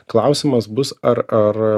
klausimas bus ar ar